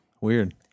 Weird